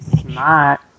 Smart